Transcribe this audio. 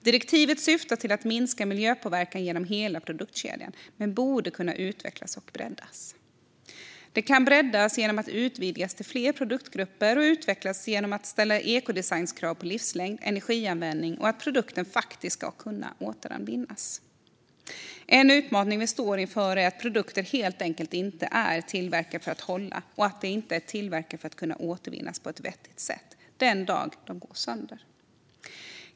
Direktivet syftar till att minska miljöpåverkan genom hela produktkedjan men borde kunna utvecklas och breddas. Det kan breddas genom att utvidgas till fler produktgrupper och utvecklas genom att det ställs ekodesignkrav på livslängd och energianvändning och på att produkten faktiskt ska kunna återvinnas. En utmaning vi står inför är att produkter helt enkelt inte är tillverkade för att hålla och att de inte är tillverkade för att kunna återvinnas på ett vettigt sätt den dag de går sönder.